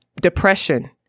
Depression